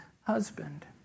husband